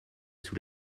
sous